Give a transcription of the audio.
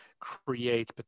create